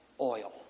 oil